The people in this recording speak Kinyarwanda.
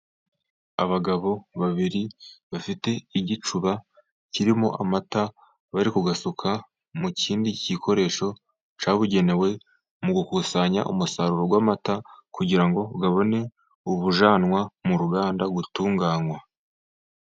Abagabo babiri bafite igicuba kirimo amata, bari kuyasuka mu kindi gikoresho cyabugenewe mu gukusanya umusaruro w'amata, kugira ngo ubone ujyanwa mu ruganda gutunganywa.